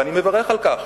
ואני מברך על כך,